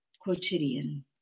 Quotidian